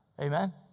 Amen